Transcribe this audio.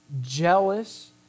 jealous